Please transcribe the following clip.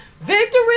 victory